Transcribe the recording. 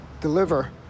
deliver